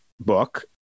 book